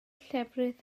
llefrith